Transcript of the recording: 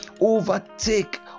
overtake